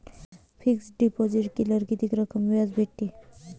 Fix deposit केल्यावर कितीक टक्क्यान व्याज भेटते?